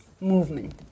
movement